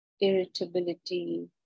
irritability